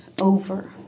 over